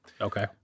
Okay